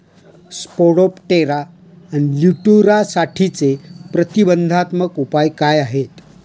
Spodoptera लिट्युरासाठीचे प्रतिबंधात्मक उपाय काय आहेत?